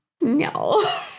No